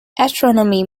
astronomy